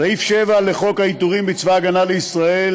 סעיף 7 לחוק העיטורים בצבא הגנה לישראל,